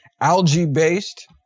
algae-based